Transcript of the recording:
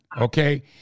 Okay